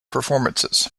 performances